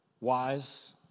wise